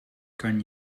kan